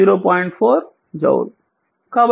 4 joule కాబట్టి 0